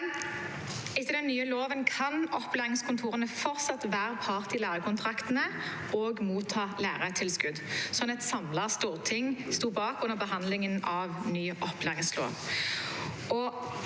Etter den nye loven kan opplæringskontorene fortsatt være part i lærekontraktene og motta læretilskudd, noe et samlet storting sto bak under behandlingen av ny opplæringslov.